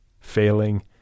failing